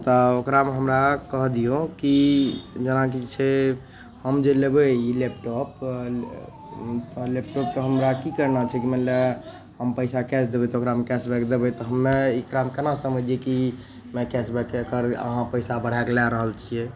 तऽ ओकरामे हमरा कहऽ दिऔ कि जेनाकि छै हम जे लेबै ई लैपटॉप लैपटॉपके हमरा कि करना छै कि मानि ले हम पइसा कैश देबै तऽ ओकरामे कैशबैक देबै तऽ हमे ओकरामे ई कोना समझिए कि एहिमे कैशबैक ककर जे अहाँ पइसा बढ़ैके लै रहल छिए